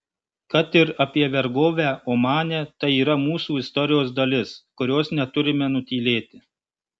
kad ir apie vergovę omane tai yra mūsų istorijos dalis kurios neturime nutylėti